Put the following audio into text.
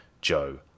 Joe